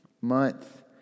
month